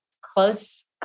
close